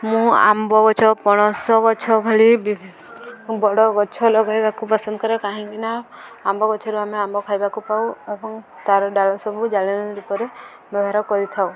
ମୁଁ ଆମ୍ବ ଗଛ ପଣସ ଗଛ ଭଳି ବି ବଡ଼ ଗଛ ଲଗାଇବାକୁ ପସନ୍ଦ କରେ କାହିଁକି ନା ଆମ୍ବ ଗଛରୁ ଆମେ ଆମ୍ବ ଖାଇବାକୁ ପାଉ ଏବଂ ତାର ଡାଳ ସବୁ ଜାଳେଣୀ ରୂପରେ ବ୍ୟବହାର କରିଥାଉ